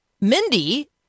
Mindy